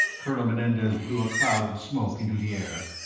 colonel menendez blew a cloud of smoke into the air,